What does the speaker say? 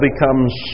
becomes